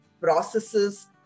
processes